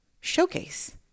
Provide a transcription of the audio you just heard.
showcase